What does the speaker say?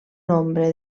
nombre